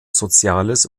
soziales